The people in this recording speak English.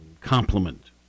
complement